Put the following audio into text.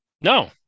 No